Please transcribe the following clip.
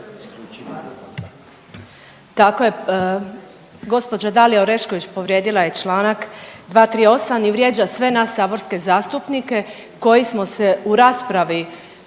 Tako je. Gospođa Dalija Orešković povrijedila je članak 238. i vrijeđa sve nas saborske zastupnike koji smo se u raspravi